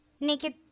Naked